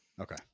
Okay